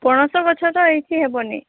ପଣସ ଗଛ ତ ଏଇଠି ହେବନି